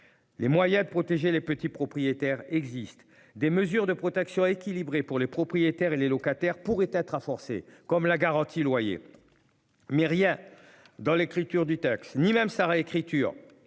Les moyens de protéger les petits propriétaires existe des mesures de protection équilibré pour les propriétaires et les locataires pourraient être à forcer comme la garantie loyer. Mais rien dans l'écriture du taxe ni même sa réécriture